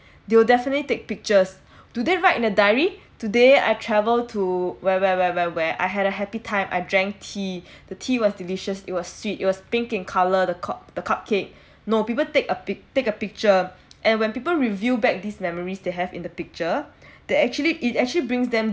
they will definitely take pictures do they write in a diary today I travel to where where where where where I had a happy time I drank tea the tea was delicious it was sweet it was pink in colour the cup the cupcake no people take a take a picture and when people review back these memories they have in the picture that actually it actually brings them